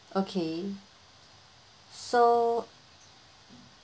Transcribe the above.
okay so